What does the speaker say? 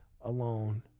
alone